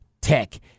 Tech